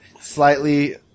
slightly